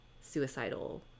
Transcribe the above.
suicidal